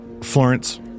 Florence